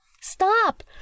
Stop